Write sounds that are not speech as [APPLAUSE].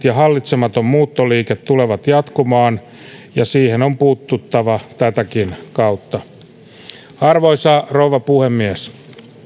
[UNINTELLIGIBLE] ja hallitsematon muuttoliike tulevat jatkumaan ja siihen on puututtava tätäkin kautta arvoisa rouva puhemies